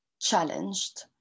challenged